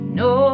no